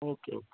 okay okay